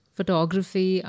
Photography